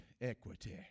equity